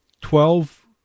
Twelve